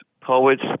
poets